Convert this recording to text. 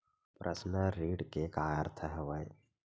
Personal ऋण के का अर्थ हवय?